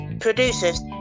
producers